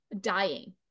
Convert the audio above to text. dying